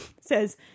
says